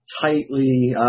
tightly